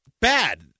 bad